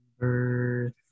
Number